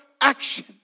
Action